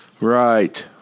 Right